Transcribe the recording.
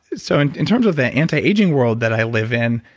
so and in terms of the anti-aging world that i live in,